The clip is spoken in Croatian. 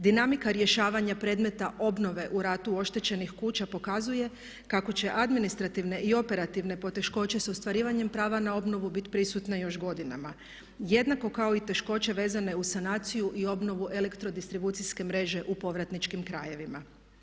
Dinamika rješavanja predmeta obnove u ratu oštećenih kuća pokazuje kako će administrativne i operativne poteškoće s ostvarivanjem prava na obnovu biti prisutne još godinama jednako kao i teškoće vezane uz sanaciju i obnovu elektrodistribucijske mreže u povratničkim krajevima.